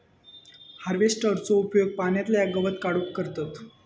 हार्वेस्टरचो उपयोग पाण्यातला गवत काढूक करतत